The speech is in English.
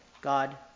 God